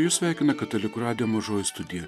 jus sveikina katalikų radijo mažoji studija